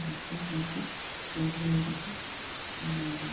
ବାକ୍ୟ ହେଉଛି ରୁଢ଼ି ଗୁଡ଼ିକ ଆଉ